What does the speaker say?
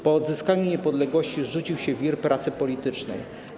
Po odzyskaniu niepodległości rzucił się w wir pracy politycznej.